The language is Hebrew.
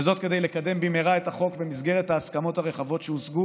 וזאת כדי לקדם במהרה את החוק במסגרת ההסכמות הרחבות שהושגו